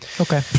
Okay